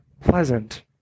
Pleasant